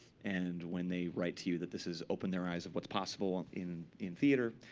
and when they write to you that this has opened their eyes of what's possible in in theater,